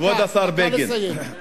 כבוד השר בגין,